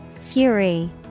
Fury